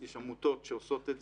יש עמותות שעושות את זה.